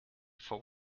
for